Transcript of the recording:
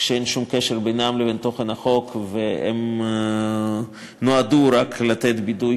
כשאין שום קשר בינן לבין תוכן החוק והן נועדו רק לתת ביטוי,